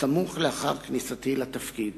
סמוך לאחר כניסתי לתפקיד,